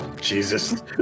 Jesus